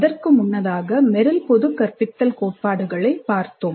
அதற்கு முன்னதாக மெரில் பொதுக் கற்பித்தல் கோட்பாடுகளை பார்த்தோம்